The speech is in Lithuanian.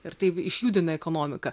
ir taip išjudina ekonomiką